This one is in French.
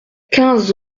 quinze